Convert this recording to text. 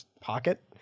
pocket